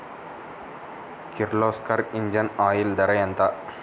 Kirloskar engine oil ధర ఎంత?